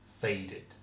faded